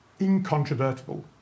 incontrovertible